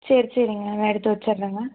சரி சரிங்க நான் எடுத்து வைச்சிட்றேங்க